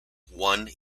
won